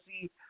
see